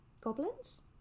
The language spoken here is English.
goblins